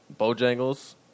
Bojangles